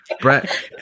Brett